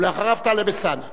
אחריו טלב אלסאנע.